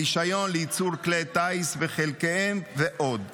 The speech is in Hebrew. רישיון לייצור כלי טיס וחלקיהם ועוד.